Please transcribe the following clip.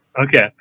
okay